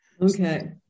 Okay